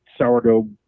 sourdough